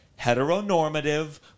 heteronormative